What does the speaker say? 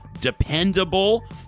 dependable